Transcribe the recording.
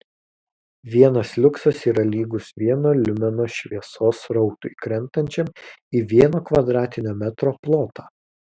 vienas liuksas yra lygus vieno liumeno šviesos srautui krentančiam į vieno kvadratinio metro plotą